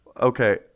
Okay